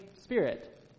Spirit